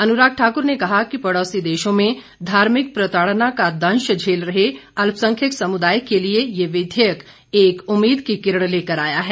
अनुराग ठाकुर ने कहा कि पड़ोसी देशों में धार्मिक प्रताड़ना का दंश झेल रहे अल्पसंख्यक समुदाय के लिए ये विधेयक एक उम्मीद की किरण लेकर आया है